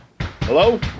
Hello